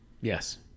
Yes